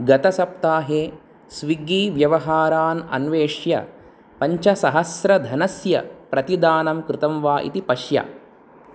गतसप्ताहे स्विग्गीव्यवहारान् अन्विष्य पञ्चसहस्रधनस्य प्रतिदानं कृतं वा इति पश्य